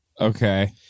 Okay